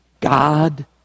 God